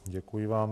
Děkuji vám.